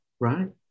right